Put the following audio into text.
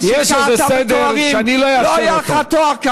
לא לא, יש איזה סדר שאני לא אפר אותו.